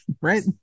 Right